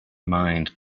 mind